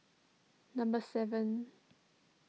number seven